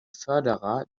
förderer